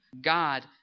God